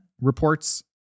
reports